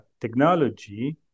technology